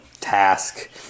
task